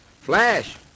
Flash